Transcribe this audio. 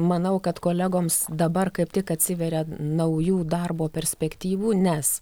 manau kad kolegoms dabar kaip tik atsiveria naujų darbo perspektyvų nes